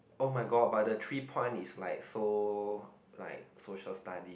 oh-my-god but the three point is like so like social study